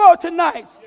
tonight